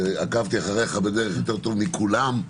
ועקבתי אחריך יותר טוב מכולם.